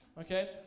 okay